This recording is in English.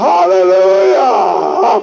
Hallelujah